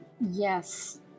Yes